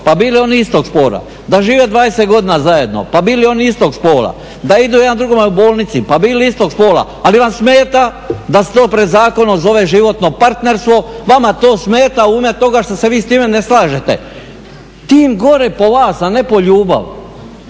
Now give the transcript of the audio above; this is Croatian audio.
pa bili oni istog spola, da žive 20 godina zajedno pa bili oni istog spola, da idu jedan drugome u bolnici, pa bili istog spola. Ali vam smeta da se to pred zakonom zove životno partnerstvo. Vama to smeta u ime toga što se vi s time ne slažete. Tim gore po vas, a ne po ljubav.